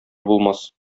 булмас